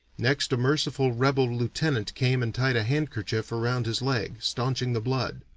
next a merciful rebel lieutenant came and tied a handkerchief around his leg, stanching the blood.